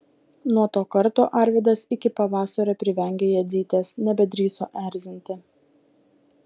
nuo to karto arvydas iki pavasario privengė jadzytės nebedrįso erzinti